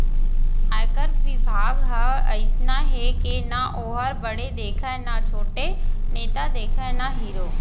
आयकर बिभाग ह अइसना हे के ना वोहर बड़े देखय न छोटे, नेता देखय न हीरो